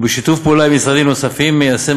ובשיתוף פעולה עם משרדים נוספים מיישם